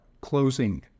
Closing